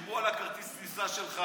שילמו על כרטיס הטיסה שלך,